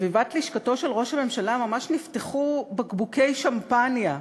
בסביבת לשכתו של ראש הממשלה ממש נפתחו בקבוקי שמפניה,